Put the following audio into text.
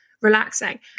relaxing